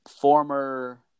former –